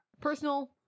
Personal